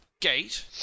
gate